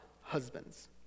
husbands